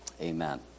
Amen